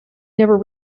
never